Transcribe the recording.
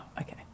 okay